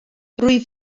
rwyf